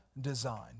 design